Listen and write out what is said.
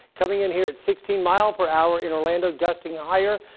coming in here at sixteen miles per hour in orlando, gusting higher.